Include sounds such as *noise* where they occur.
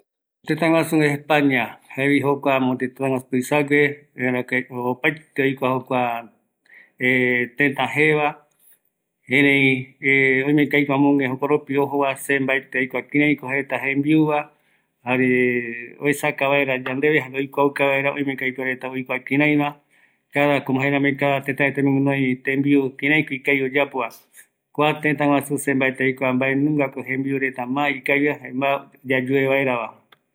﻿Tëtaguasu españa, jaevi jokua mopeti tëta tuisague, oimemako aipo opaete oikua *hesitation* tëta jeva, erei *hesitation* oimeko jokoropi ojova, se mbaeti aikua kiraiko jareta jembiuva, jare oesaka vaera yandeve jare oikuauka vaera, oimeko aipo jaereta oikua kiraiva, cada, komo jaerami, cada tëta reta oime guinoi tembiu kiraiko ikavi oyapova, kua tëtaguasu, se mbaeti aikua mbaenungako jembiu reta ma ikaviva jare ma yayue vaerava